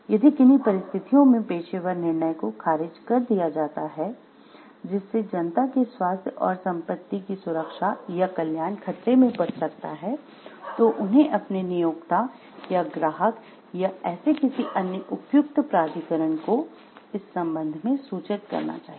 यदि किन्ही परिस्थितियों में पेशेवर निर्णय को खारिज कर दिया जाता है जिससे जनता के स्वास्थ्य और संपत्ति की सुरक्षा या कल्याण खतरे में पड़ सकता है तो उन्हें अपने नियोक्ता या ग्राहक या ऐसे किसी अन्य उपयुक्त प्राधिकरण को इस सम्बन्ध में सूचित करना चाहिए